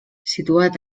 situat